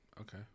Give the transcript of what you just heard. Okay